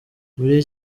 muri